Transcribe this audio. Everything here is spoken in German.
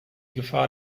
gefahr